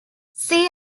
see